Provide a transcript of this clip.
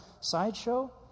sideshow